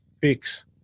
fix